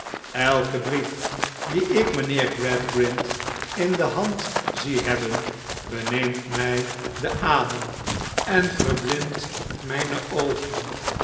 elke brief dien ik mijnheer gradgrind in de hand zie hebben beneemt mij den adem en verblindt mijne oogen